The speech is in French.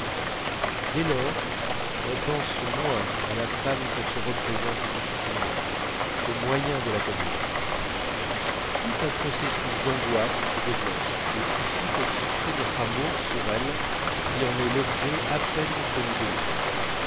dès lors on pense moins à la femme qu'on se représente difficilement qu'aux moyens de la connaître tout un processus d'angoisses se développe et suffit pour fixer notre amour sur celle qui en est l'objet à peine connu de nous